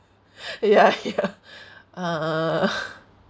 ya ya uh